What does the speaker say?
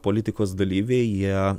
politikos dalyviai jie